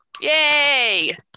Yay